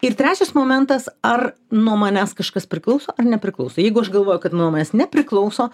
ir trečias momentas ar nuo manęs kažkas priklauso ar nepriklauso jaigu aš galvoju kad nuo manęs nepriklauso